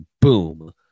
boom